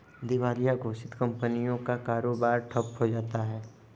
दिवालिया घोषित कंपनियों का कारोबार ठप्प हो जाता है